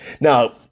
Now